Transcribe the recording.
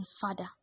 Father